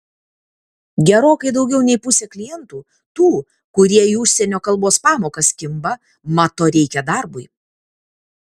gerokai daugiau nei pusė klientų tų kurie į užsienio kalbos pamokas kimba mat to reikia darbui